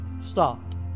stopped